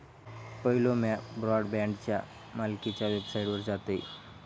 पयलो म्या ब्रॉडबँडच्या मालकीच्या वेबसाइटवर जातयं